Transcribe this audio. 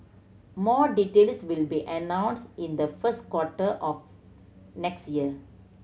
more details will be announced in the first quarter of next year